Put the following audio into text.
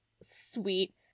sweet